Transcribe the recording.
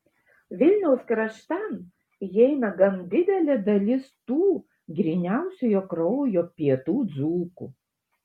vilniaus kraštan įeina gan didelė dalis tų gryniausiojo kraujo pietų dzūkų